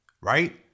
right